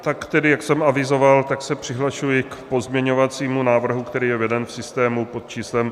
Tak tedy, jak jsem avizoval, tak se přihlašuji k pozměňovacímu návrhu, který je veden v systému pod číslem 6533.